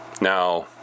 Now